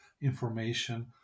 information